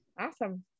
Awesome